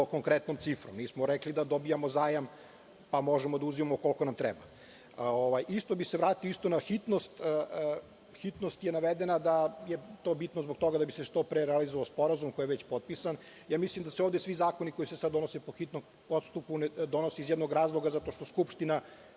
konkretnom cifrom, mi smo rekli da dobijamo zajam pa možemo da uzimamo koliko nam treba. Vratio bih se na hitnost, hitnost je navedena da je bitno zbog toga da bi se što pre realizovao sporazum koji je već potpisan. Mislim da se ovde svi zakoni koji se donose po hitnom postupku donose iz jednog razloga, zato što Skupština